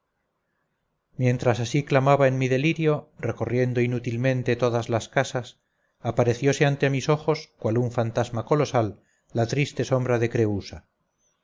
mientras así clamaba en mi delirio recorriendo inútilmente todas las casa apareciose ante mis ojos cual un fantasma colosal la triste sombra de creúsa